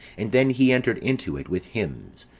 and then he entered into it with hymns,